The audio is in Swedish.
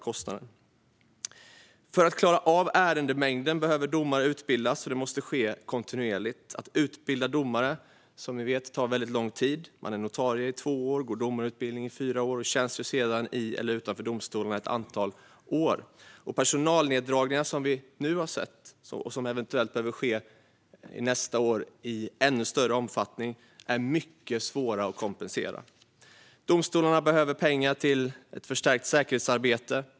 För att domstolarna ska klara av ärendemängden behöver domare utbildas. Det måste ske kontinuerligt. Att utbilda domare tar, som vi vet, lång tid. Man är notarie i två år, går domarutbildning i fyra år och tjänstgör sedan i eller utanför domstolarna i ett antal år. Personalneddragningar, som vi nu har sett och som eventuellt behövs i ännu större omfattning nästa år, är mycket svåra att kompensera. Domstolarna behöver även pengar till ett förstärkt säkerhetsarbete.